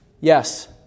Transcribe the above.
Yes